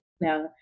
Now